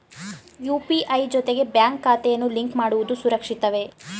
UPI ಜೊತೆಗೆ bank ಖಾತೆಯನ್ನು link ಮಾಡುವುದು ಸುರಕ್ಷಿತವೇ?